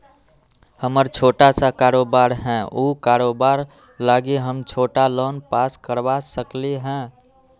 हमर छोटा सा कारोबार है उ कारोबार लागी हम छोटा लोन पास करवा सकली ह?